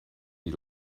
die